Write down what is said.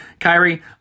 Kairi